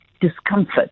discomfort